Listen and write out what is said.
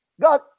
God